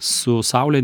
su saule